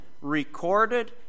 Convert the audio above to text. recorded